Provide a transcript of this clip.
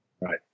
right